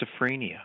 schizophrenia